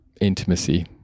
intimacy